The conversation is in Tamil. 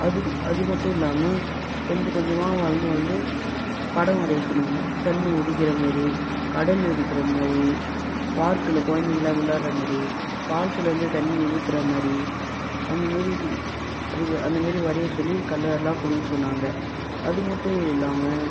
அது அது மட்டும் இல்லாமல் கொஞ்ச கொஞ்சமாக வளர்ந்து வளர்ந்து படம் வரைய சொன்னாங்க சன்னு உதிக்கிற மாதிரி கடல் இருக்கிற மாதிரி பார்க்கில் குழந்தைங்கள்லாம் விளாட்ற மாதிரி ஃபால்ஸுலேந்து தண்ணி ஊற்றுற மாதிரி அந்த மேரி அதுக்கு அந்த மேரி வரைய சொல்லி கலர்லாம் கொடுக்க சொன்னாங்க அது மட்டும் இல்லாமல்